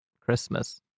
Christmas